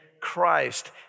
Christ